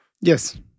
Yes